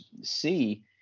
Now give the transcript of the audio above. see